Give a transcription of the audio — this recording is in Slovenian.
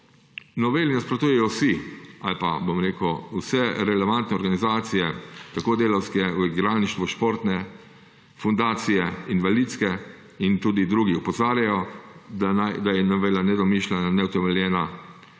noveli nasprotujejo vsi ali pa bom rekel vse relevantne organizacije, tako delavske v igralništvu, športne, fundacije, invalidske kot tudi drugi. Opozarjajo, da je novela nedomišljena, neutemeljena